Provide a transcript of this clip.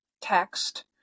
text